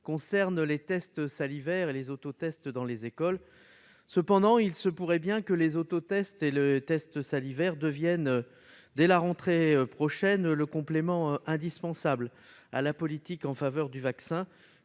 concerne les tests salivaires et les autotests dans les écoles. Cependant, il se pourrait bien que les autotests et les tests salivaires deviennent, dès la rentrée prochaine, le complément indispensable de la politique en faveur du vaccin,